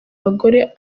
abagore